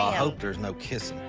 hope there's no kissin'.